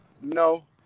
No